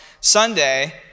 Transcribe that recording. Sunday